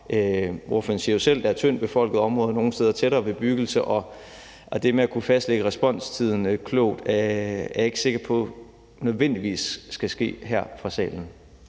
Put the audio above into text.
Ordføreren siger jo selv, at der er tyndt befolkede områder, nogle steder tættere bebyggelse, og det med at kunne fastlægge responstiden klogt er jeg ikke sikker på nødvendigvis skal ske her fra salen.